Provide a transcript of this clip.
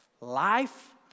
Life